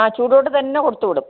ആ ചൂടോട് തന്നെ കൊടുത്തുവിടും